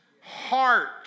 heart